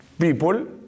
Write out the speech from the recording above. people